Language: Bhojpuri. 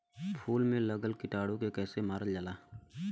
फूल में लगल कीटाणु के कैसे मारल जाला?